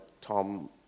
Tom